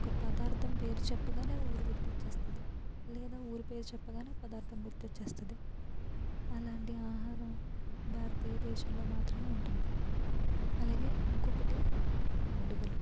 ఒక పదార్థం పేరు చెప్పగానే ఊరు గుర్తొచ్చేస్తది లేదా ఊరి పేరు చెప్పగానే పదార్థం గుర్తొచ్చేస్తది అలాంటి ఆహారం భారతీయ దేశంలో మాత్రమే ఉంటుంది అలగే ఇంకొకటి పండుగలు